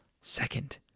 Second